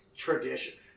Tradition